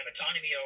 autonomy